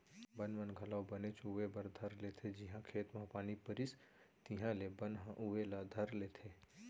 बन मन घलौ बनेच उवे बर धर लेथें जिहॉं खेत म पानी परिस तिहॉले बन ह उवे ला धर लेथे